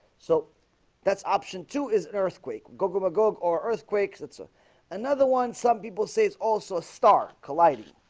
so that's option two is earthquake. go go magog or earthquakes it's ah another one some people say it's also a star colliding.